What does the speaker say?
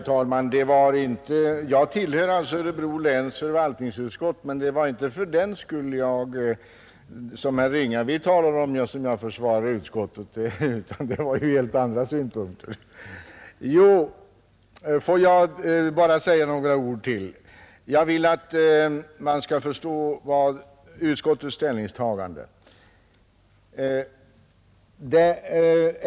Herr talman! Jag tillhör visserligen Örebro läns förvaltningsutskott, men det som herr Ringaby här sade är inte orsaken till att jag nu försvarar skatteutskottet. Det gör jag för att jag vill att man skall förstå utskottets ställningstagande.